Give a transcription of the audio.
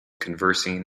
conversing